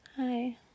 Hi